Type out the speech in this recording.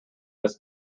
this